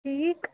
ٹھیٖک